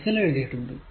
6 ൽ എഴുതിയിട്ടുണ്ട്